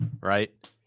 right